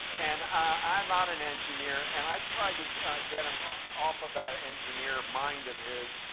and i'm not an engineer. and i tried to get him ah off of that engineer mind of his,